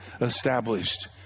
established